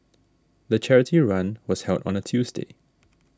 the charity run was held on a Tuesday